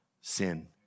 sin